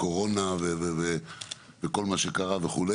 הקורונה וכל מה שקרה וכו'.